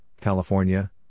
California